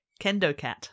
KendoCat